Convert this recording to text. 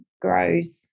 grows